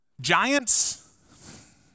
giants